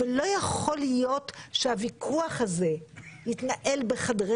לא יכול להיות שהוויכוח הזה יתנהל בחדרי